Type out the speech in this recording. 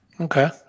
okay